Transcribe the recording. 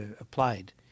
applied